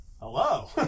Hello